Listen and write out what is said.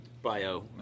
Bio